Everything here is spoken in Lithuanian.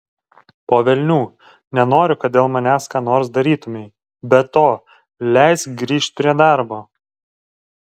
po velnių nenoriu kad dėl manęs ką nors darytumei be to leisk grįžt prie darbo